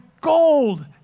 gold